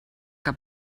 que